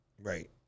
Right